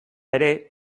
ere